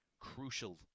crucial